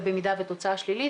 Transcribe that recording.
ובמידה והתוצאה שלילית,